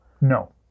No